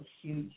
huge